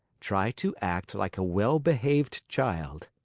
try to act like a well-behaved child.